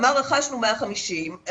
אמר 'רכשנו 150,000,